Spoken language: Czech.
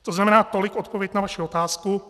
To znamená, tolik odpověď na vaši otázku.